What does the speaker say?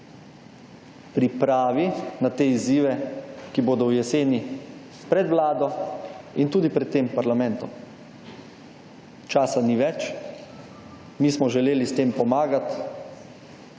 pripravi na tej izzive, ki bodo v jeseni pred vlado in tudi pred tem parlamentom. Časa ni več. Mi smo želeli s tem pomagati,